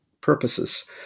purposes